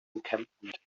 encampment